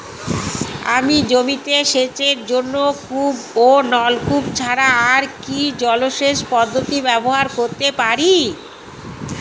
আমি জমিতে সেচের জন্য কূপ ও নলকূপ ছাড়া আর কি জলসেচ পদ্ধতি ব্যবহার করতে পারি?